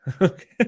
Okay